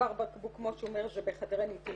הצוואר בקבוק כמו שהוא אומר זה בחדרי ניתוח.